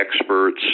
experts